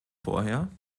vorher